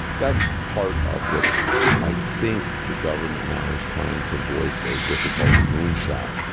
that's part of what i think the government now is trying to voice as what they call the moonshot,